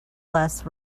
less